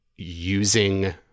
using